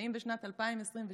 האם בשנת 2022,